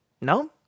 No